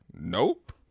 Nope